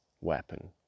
weapon